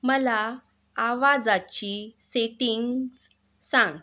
मला आवाजाची सेटिंग्च सांग